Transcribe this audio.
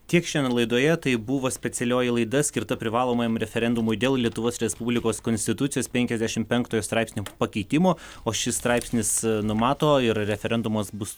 tiek šiandien laidoje tai buvo specialioji laida skirta privalomajam referendumui dėl lietuvos respublikos konstitucijos penkiasdešim penktojo straipsnio pakeitimo o šis straipsnis numato ir referendumas bus